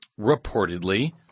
reportedly